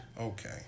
Okay